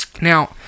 Now